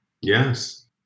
Yes